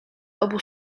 obu